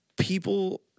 people